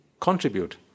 contribute